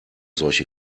solche